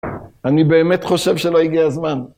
אני באמת חושב שלא הגיע הזמן.